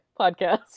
podcast